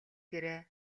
гэрээ